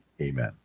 amen